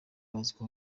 baziko